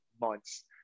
months